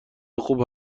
خوب